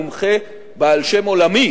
מומחה בעל שם עולמי